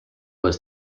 was